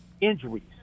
injuries